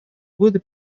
годы